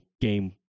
game